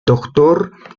doctor